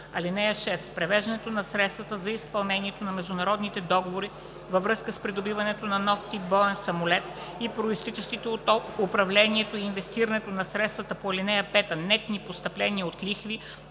банка. (6) Превеждането на средствата за изпълнението на международните договори във връзка с придобиването на нов тип боен самолет и произтичащите от управлението и инвестирането на средствата по ал. 5 нетни постъпления от лихви,